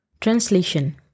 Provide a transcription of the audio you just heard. Translation